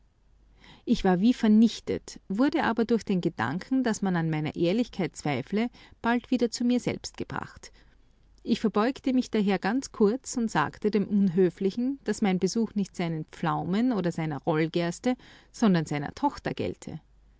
ich war wie vernichtet wurde aber durch den gedanken daß man an meiner ehrlichkeit zweifle bald wieder zu mir selbst gebracht ich verbeugte mich daher ganz kurz und sagte dem unhöflichen daß mein besuch nicht seinen pflaumen oder seiner rollgerste sondern seiner tochter gelte